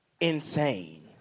insane